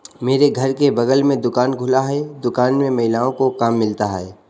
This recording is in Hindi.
मेरे घर के बगल में दुकान खुला है दुकान में महिलाओं को काम मिलता है